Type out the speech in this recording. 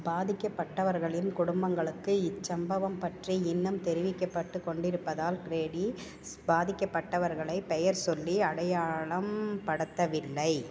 பாதிக்கப்பட்டவர்களின் குடும்பங்களுக்கு இச்சம்பவம் பற்றி இன்னும் தெரிவிக்கப்பட்டுக் கொண்டிருப்பதால் க்ரேடி பாதிக்கப்பட்டவர்களைப் பெயர்சொல்லி அடையாளம் படுத்தவில்லை